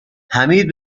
حمید